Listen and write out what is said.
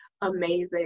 amazing